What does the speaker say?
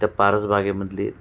त्या परसबागेमधली